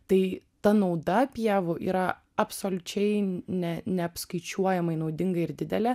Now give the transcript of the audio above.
tai ta nauda pievų yra absoliučiai ne neapskaičiuojamai naudinga ir didelė